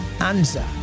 answer